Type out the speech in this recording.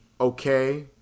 okay